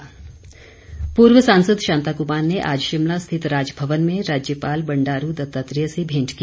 भेंट पूर्व सांसद शांताक्मार ने आज शिमला स्थित राजभवन में राज्यपाल बंडारू दत्तात्रेय से भेंट की